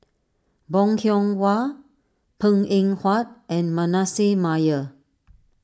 Bong Hiong Hwa Png Eng Huat and Manasseh Meyer